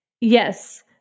Yes